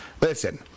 Listen